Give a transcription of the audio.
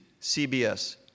CBS